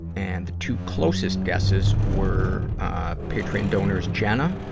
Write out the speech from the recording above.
and the two closest guesses were, ah, patreon donors jenna, ah,